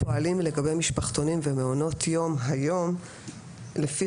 פועלים לגבי משפחתונים ומעונות יום היום לפי